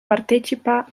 partecipa